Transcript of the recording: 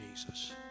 Jesus